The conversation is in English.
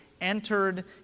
entered